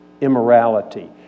immorality